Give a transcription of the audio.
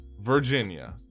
Virginia